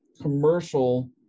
commercial